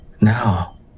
Now